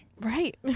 Right